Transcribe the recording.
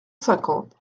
cinquante